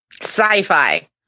Sci-fi